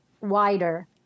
wider